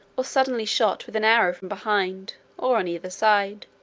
or suddenly shot with an arrow from behind, or on either side.